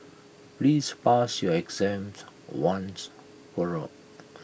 please pass your exams once for all